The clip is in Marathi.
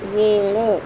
वेळ